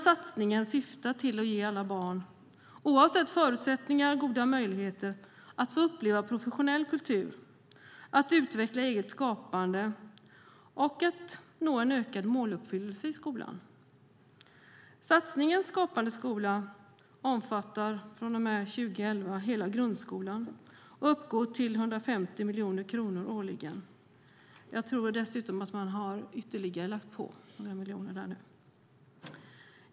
Satsningen syftar till att ge alla barn, oavsett förutsättningar, goda möjligheter att få uppleva professionell kultur, utveckla eget skapande och nå en ökad måluppfyllelse i skolan. Satsningen Skapande skola omfattar från och med 2011 hela grundskolan och uppgår till 150 miljoner kronor årligen. Jag tror dessutom att man har lagt på ytterligare några miljoner.